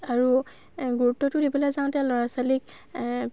আৰু গুৰুত্বটো দিবলৈ যাওঁতে ল'ৰা ছোৱালীক